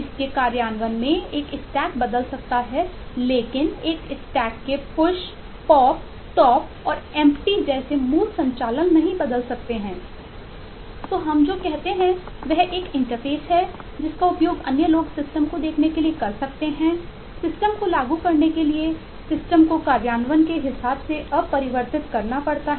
इसके कार्यान्वयन में एक स्टैक का उपयोग करना चाहता है